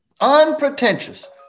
unpretentious